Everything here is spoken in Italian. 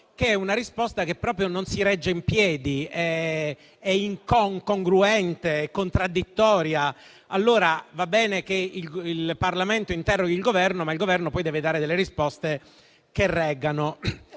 che è una risposta che proprio non si regge in piedi, incongruente e contraddittoria. Va bene che il Parlamento interroghi il Governo, ma il Governo poi deve dare delle risposte che reggano.